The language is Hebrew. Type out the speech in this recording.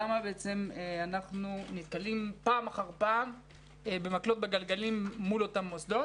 למה אנחנו נתקלים פעם אחר פעם במקלות בגלגלים מול אותם מוסדות.